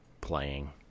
playing